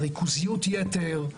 ריכוזיות יתר,